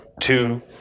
two